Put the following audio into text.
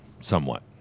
Somewhat